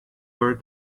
bore